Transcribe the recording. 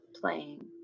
playing